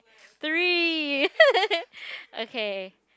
three okay